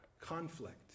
conflict